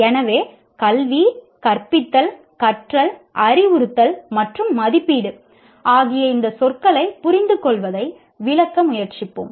எனவே கல்வி கற்பித்தல் கற்றல் அறிவுறுத்தல் மற்றும் மதிப்பீடு ஆகிய இந்த சொற்களைப் புரிந்துகொள்வதை விளக்க முயற்சிப்போம்